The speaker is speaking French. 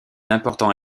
important